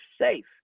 safe